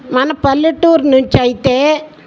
మన పల్లెటూరు నుంచి అయితే